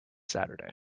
saturday